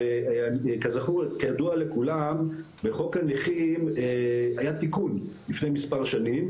הרי כידוע לכולם בחוק הנכים היה תיקון לפני מספר שנים,